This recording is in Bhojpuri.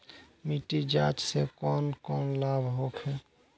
मिट्टी जाँच से कौन कौनलाभ होखे?